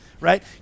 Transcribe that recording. right